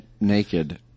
naked